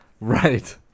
right